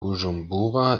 bujumbura